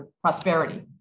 prosperity